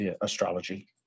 astrology